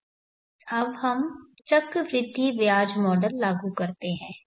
अब हम चक्रवृद्धि ब्याज मॉडल लागू करते हैं